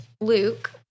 Luke—